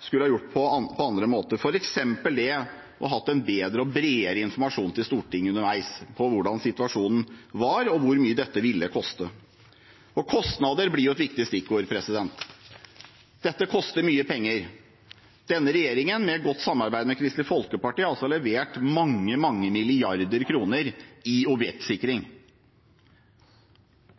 skulle gjort på andre måter, f.eks. det å ha hatt en bedre og bredere informasjon til Stortinget underveis om hvordan situasjonen var, og hvor mye dette ville koste. Kostnader blir et viktig stikkord. Dette koster mye penger. Denne regjeringen med et godt samarbeid med Kristelig Folkeparti har også levert mange, mange milliarder kroner til objektsikring,